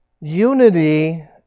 Unity